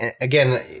again